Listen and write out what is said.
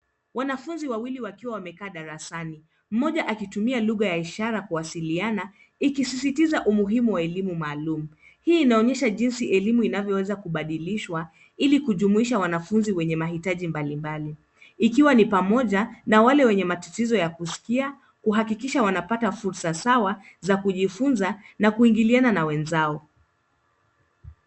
Wanafunzi wawili wakiwa wamekaa darasani, mmoja akitumia lugha ya ishara kuwasiliana ikisisitiza umuhimu wa elimu maalumu. Hii inaonyesha jinsi elimu inavyoweza kubadilisha ili kujumuisha wanafunzi wenye mahitaji mbalimbali. Ikiwa ni pamoja na wale wenye matatizo ya kusikia kuhakikisha wanapata fursa sawa za kujifunza na kuingiliana na wenzao.